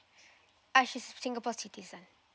uh she's singapore citizen